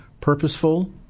purposeful